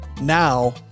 now